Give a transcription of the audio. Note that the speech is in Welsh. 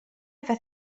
efo